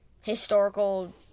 historical